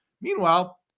Meanwhile